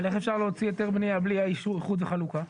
אבל איך אפשר להוציא היתר בנייה בלי אישור איחוד וחלוקה?